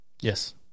Yes